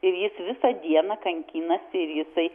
ir jis visą dieną kankinasi ir jisai